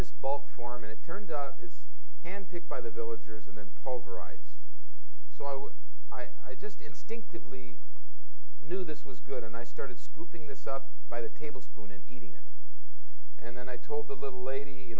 this bulk form and it turned its hand picked by the villagers and then pulverized so i i just instinctively knew this was good and i started scooping this up by the tablespoon and eating it and then i told the little lady you